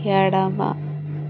ఎడమ